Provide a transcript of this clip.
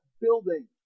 building